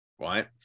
right